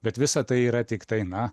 bet visa tai yra tiktai na